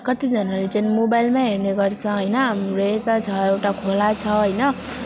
कत्तिजनाले चाहिँ मोबाइलमा हेर्नेगर्छ होइन हाम्रो यता छ एउटा खोला छ होइन